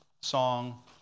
song